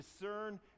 discern